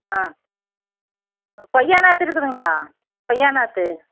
ஆ கொய்யா நாற்று இருக்குதுங்களா கொய்யா நாற்று